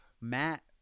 Matt